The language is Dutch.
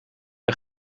een